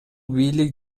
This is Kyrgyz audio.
бийлик